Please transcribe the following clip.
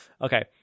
Okay